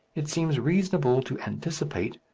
it seems reasonable to anticipate,